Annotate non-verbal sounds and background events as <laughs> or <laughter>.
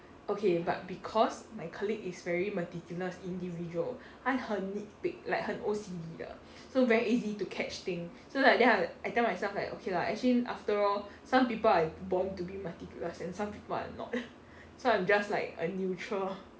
okay but because my colleague is very meticulous individual 她很 nitpick like 很 O_C_D 的 so very easy to catch thing so like then I I tell myself like okay lah actually after all some people are born to be meticulous and some people are not <laughs> so I'm just like a neutral